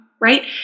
right